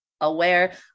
aware